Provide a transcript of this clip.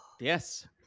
Yes